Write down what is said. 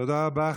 תודה רבה.